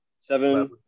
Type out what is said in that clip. Seven